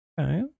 Okay